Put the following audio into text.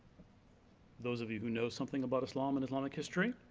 those of you who know something about islam, and islamic history,